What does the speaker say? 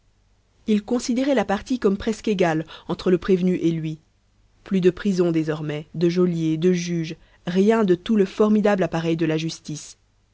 il considérait la partie comme presque égale entre le prévenu et lui plus de prison désormais de geôliers de juges rien de tout le formidable appareil de la justice